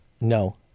No